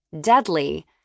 deadly